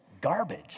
garbage